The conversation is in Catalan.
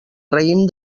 raïm